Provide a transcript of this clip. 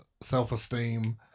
self-esteem